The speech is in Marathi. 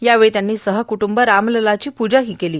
यावेळी त्यांनी सहकुटंब रामलल्लाची पूजाही केली